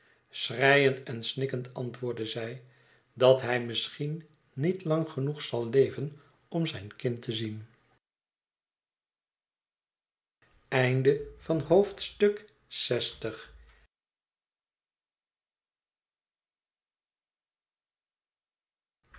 schreiend en snikkend antwoordde zij dat hij misschien niet lang genoeg zal leven om zijn kind te zien